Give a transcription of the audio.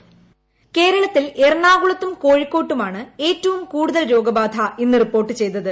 voice കേരളത്തിൽ എറണാകുളത്തും കോഴിക്കോട്ടുമാണ് ഏറ്റവും കൂടുതൽ രോഗബാധ ഇന്ന് റിപ്പോർട്ട് ചെയ്തത്